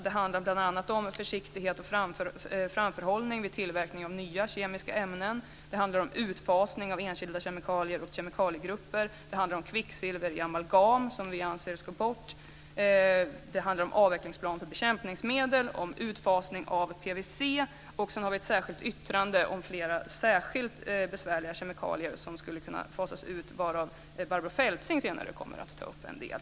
Det handlar bl.a. om försiktighet och framförhållning vid tillverkning av nya kemiska ämnen. Det handlar om utfasning av enskilda kemikalier och kemikaliegrupper. Det handlar om kvicksilver i amalgam, som vi anser ska bort. Det handlar om avvecklingsplan för bekämpningsmedel och om utfasning av PVC. Sedan har vi ett särskilt yttrande om flera särskilt besvärliga kemikalier som skulle kunna fasas ut, varav Barbro Feltzing senare kommer att ta upp en del.